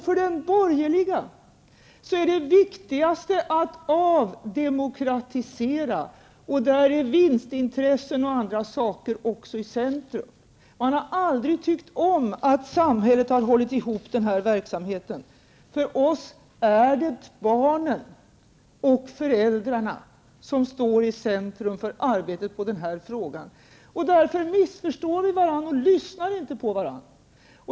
För den borgerliga är det viktigaste att avdemokratisera, och då står vinstintressen och annat också i centrum. Man har aldrig tyckt om att samhället har hållit ihop den här verksamheten. För oss är det barnen och föräldrarna som står i centrum för arbetet med den här frågan. Vi missförstår därför varandra och lyssnar inte på varandra.